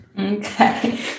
Okay